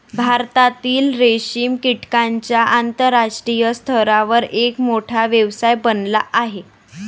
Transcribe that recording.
भारतातील रेशीम कीटकांचा आंतरराष्ट्रीय स्तरावर एक मोठा व्यवसाय बनला आहे